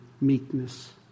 meekness